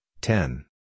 ten